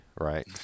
Right